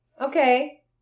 Okay